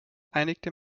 einigte